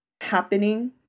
happening